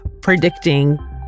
predicting